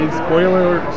spoiler